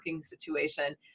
situation